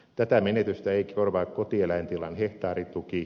tätä menetystä ei korvaa kotieläintilan hehtaarituki